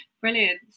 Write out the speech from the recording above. Brilliant